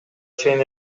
чейин